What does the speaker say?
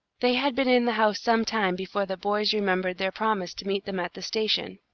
they had been in the house some time before the boys remembered their promise to meet them at the station.